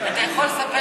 אתה יכול לדבר